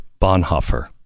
Bonhoeffer